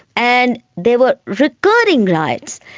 and they were recurring riots.